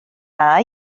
and